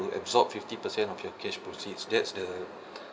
absorb fifty percent of your cash proceeds that's the